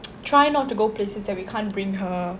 try not to go places that we can't bring her